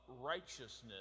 righteousness